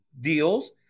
deals